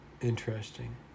interesting